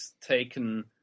taken